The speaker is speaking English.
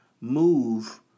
move